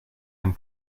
and